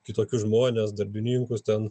kitokius žmones darbininkus ten